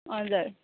हजुर